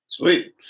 Sweet